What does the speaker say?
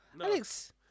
Alex